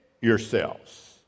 yourselves